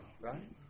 right